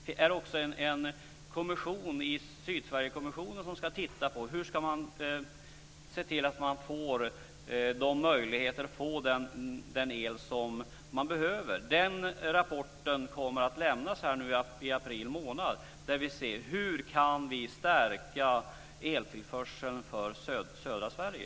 Det är också en kommission, sydsverigekommissionen, som ska titta närmare på hur man i sydsverige kan få den el som man behöver. I kommissionens rapport, som kommer att lämnas i april månad, kan vi se hur vi kan stärka eltillförseln till södra Sverige.